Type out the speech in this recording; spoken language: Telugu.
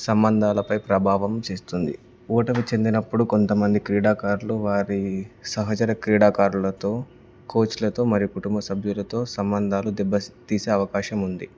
సంబంధాలపై ప్రభావం చేస్తుంది ఓటమి చెందినప్పుడు కొంతమంది క్రీడాకారులు వారి సహచర క్రీడాకారులతో కోచ్లతో మరియు కుటుంబ సభ్యులతో సంబంధాలు దెబ్బ తీసే అవకాశం ఉంది